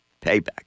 payback